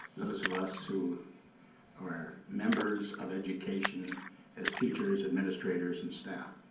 those of us who are members of education as teachers, administrators and staff.